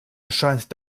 erscheint